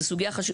זה סוגייה,